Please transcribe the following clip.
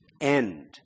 end